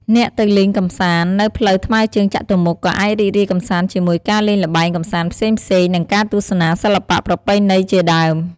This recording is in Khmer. អ្នកទៅលេងកំសាន្ដនៅផ្លូវថ្មើរជើងចតុមុខ ក៏អាចរីករាយកម្សាន្ដជាមួយការលេងល្បែងកម្សាន្ដផ្សេងៗ និងការទស្សនាសិល្បៈប្រពៃណីជាដើម។